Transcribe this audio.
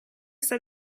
sta